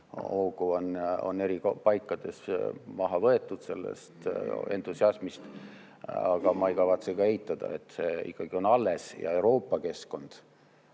hoogu on eri paikades maha võetud sellest entusiasmist. Aga ma ei kavatse ka eitada, et see ikkagi on alles. Ja Euroopa on